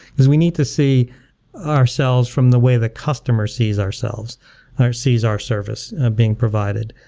we need to see ourselves from the way the customer sees ourselves or sees our service being provided.